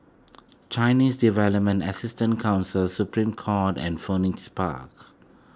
Chinese Development Assistance Council Supreme Court and Phoenix Park